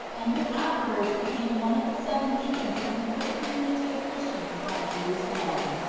and who afterwards became one of the seven deacons in the first community of christians at jeru salem.